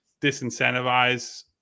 disincentivize